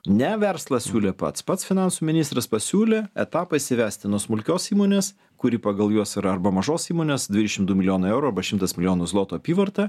ne verslas siūlė pats pats finansų ministras pasiūlė etapais įvesti nuo smulkios įmonės kuri pagal juos yra arba mažos įmonės dvidešim du milijonai eurų arba šimtas milijonų zlotų apyvarta